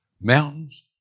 mountains